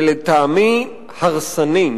ולטעמי הרסני,